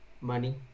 money